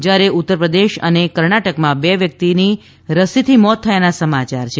જ્યારે ઉત્તરપ્રદેશ અને કર્ણાટકમાં બે વ્યક્તિની રસીથી મોત થયાના સમાચાર છે